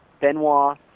Benoit